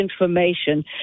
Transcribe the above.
information